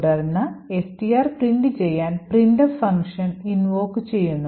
തുടർന്ന് str പ്രിന്റുചെയ്യാൻ printf function invoke ചെയ്യുന്നു